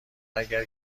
اگه